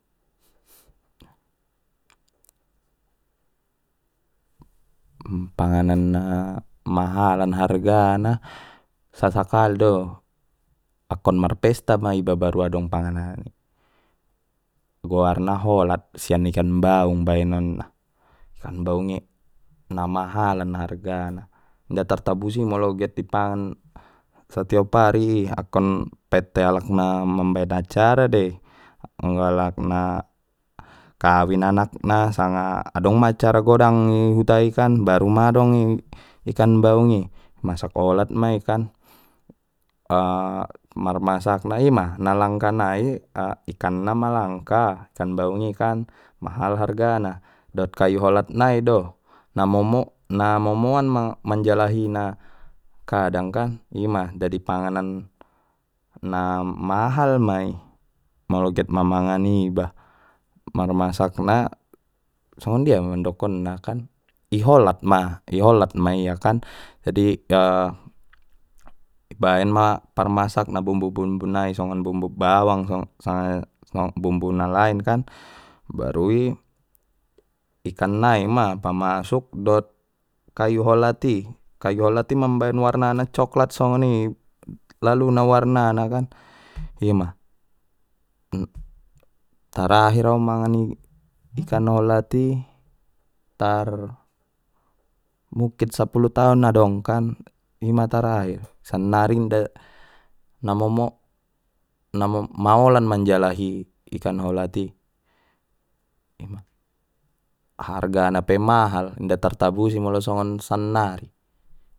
Panganan na mahalan hargana sasakali do akkon mar pesta ma iba baru adong panganan i goarna holat sian ikan baung baenon na ikan baung i na mahalan hargana inda tartabusi molo get ipangan satiop ari i akkon pette alak na mambaen acara dei anggo alak na kawin anak na sanga adong ma acara godang ihuta i kan baru ma adong ikan baung i masak holat mai kan marmasakna ima langka nai ikan na ma langka ikan baung i kan mahal hargana dot kayu holat nai do na momo-na momo an manjalahi na kadang kan ima dadi panganan na mahal ma i molo get ma mangan i iba marmasakna songon dia ma mandokonna kan i hollat ma i hollat ma ia kan jadi i baen ma parmasakna songon bumbu bumbu nai songon bumbu bawang sanga songon bumbu na lain kan baru i ikan nai ma pamasuk dot kayu hollat i kayu hollat i mambaen warna na coklat songoni laluna warna na kan ima tarakhir au mangan i ikan hollat i tar mukkin sapulu taon adong kan ima tarakhir sannari inda na momo na mo-maolan manjalahi ikan hollat i ima hargana pe mahal inda tartabusi molo songon sannari.